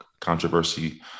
controversy